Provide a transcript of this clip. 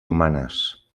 humanes